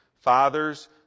Fathers